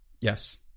Yes